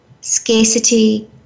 scarcity